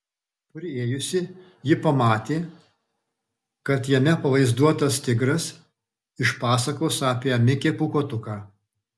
priėjusi ji pamatė kad jame pavaizduotas tigras iš pasakos apie mikę pūkuotuką